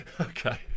okay